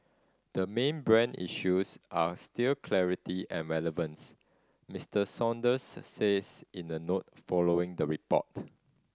the main brand issues are still clarity and relevance Mister Saunders says in a note following the report